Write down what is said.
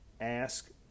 Ask